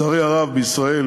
לצערי הרב, בישראל